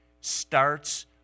starts